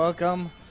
Welcome